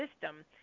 system